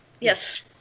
Yes